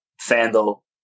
sandal